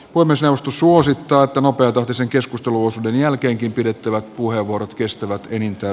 puhemiesneuvosto suosittaa että nopeatahtisen keskusteluosuuden jälkeenkin pidettävät puheenvuorot kestävät enintään